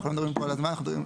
אנחנו לא מדברים על הזמן פה.